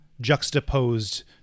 juxtaposed